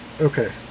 okay